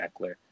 Eckler